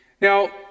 Now